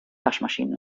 waschmaschine